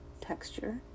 texture